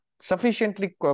Sufficiently